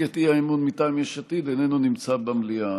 את האי-אמון מטעם יש עתיד איננו נמצא במליאה.